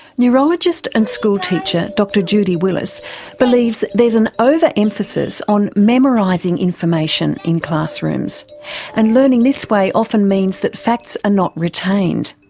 neurologist and school teacher dr judy willis believes there is an over-emphasis on memorising information in classrooms and learning this way often means that facts are not retained.